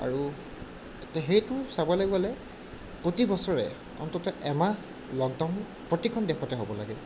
আৰু তে সেইটো চাবলৈ গ'লে প্ৰতিবছৰে অন্ততঃ এমাহ লকডাউন প্ৰতিখন দেশতে হ'ব লাগে